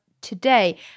today